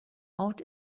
out